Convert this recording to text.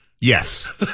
Yes